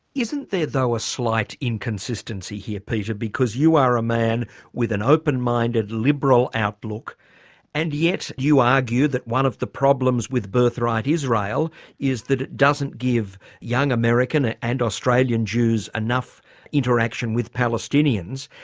isn't there though a slight inconsistency here peter because you are a man with an open minded liberal outlook and yet you argue that one of the problems with birthright israel is that it doesn't give young american and australian jews enough interaction with palestinians,